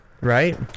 right